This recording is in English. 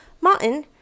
Martin